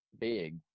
big